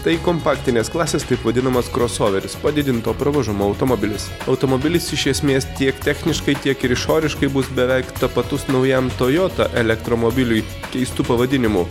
tai kompaktinės klasės taip vadinamas krosoveris padidinto pravažumo automobilis automobilis iš esmės tiek techniškai tiek ir išoriškai bus beveik tapatus naujam tojota elektromobiliui keistu pavadinimu